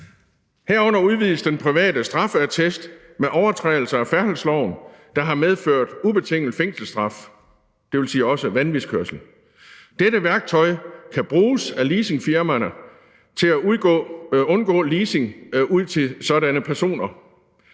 Her udvides den private straffeattest med overtrædelser af færdselsloven, der har medført ubetinget fængselsstraf, dvs. også vanvidskørsel. Dette værktøj kan bruges af leasingfirmaerne til at undgå leasing til sådanne personer.